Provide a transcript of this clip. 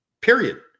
period